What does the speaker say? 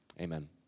amen